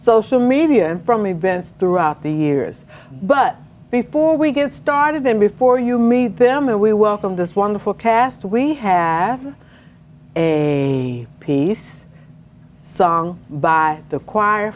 social media from events throughout the years but before we get started and before you meet them and we welcome this wonderful cast we have a piece song by the choir